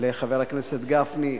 לחבר הכנסת גפני,